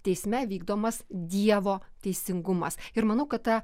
teisme vykdomas dievo teisingumas ir manau kad ta